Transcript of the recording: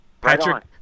patrick